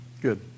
Good